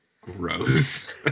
Gross